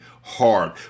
hard